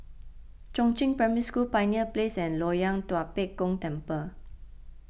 Chongzheng Primary School Pioneer Place and Loyang Tua Pek Kong Temple